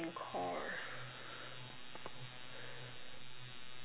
and core